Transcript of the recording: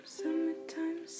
summertime